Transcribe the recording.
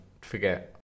forget